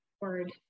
Word